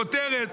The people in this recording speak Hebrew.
כותרת.